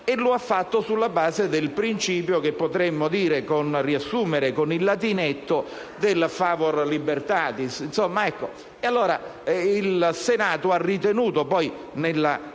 e lo ha fatto sulla base del principio che potremmo riassumere con il latinetto del *favor libertatis*.